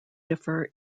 differ